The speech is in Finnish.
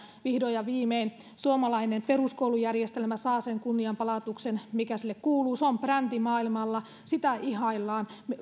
vihdoin ja viimein suomalainen peruskoulujärjestelmä saa sen kunnianpalautuksen mikä sille kuuluu se on brändi maailmalla sitä ihaillaan